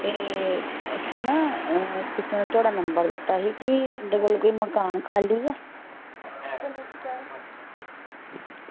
एह् असें ना कुसै ने थुआढ़ा नंबर दित्ता हा कि तुं'दे कोल कोई मकान खा'ल्ली ऐ